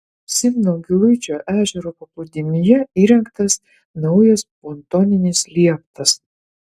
simno giluičio ežero paplūdimyje įrengtas naujas pontoninis lieptas